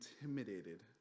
intimidated